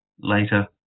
later